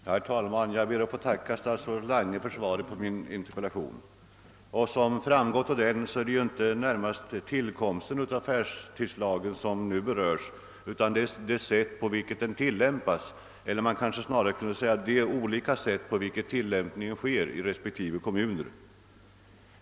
Herr talman! Jag ber att få tacka statsrådet Lange för svaret på min interpellation. Som framgår av interpellationen är det inte tillkomsten av affärstidslagen som nu främst beröres utan det sätt — eller rättare sagt de olika sätt — på vilket tillämpningen sker i respektive kommuner.